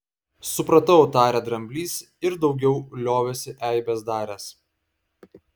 supratau tarė dramblys ir daugiau liovėsi eibes daręs